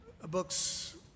books